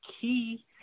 key